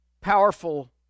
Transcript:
powerful